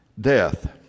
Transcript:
death